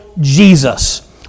Jesus